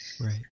Right